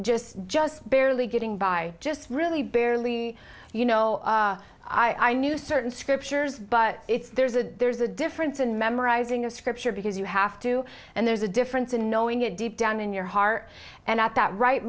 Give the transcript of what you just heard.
just just barely getting by just really barely you know i knew certain scriptures but it's there's a there's a difference in memorizing a scripture because you have to and there's a difference in knowing it deep down in your heart and at that right